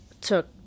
took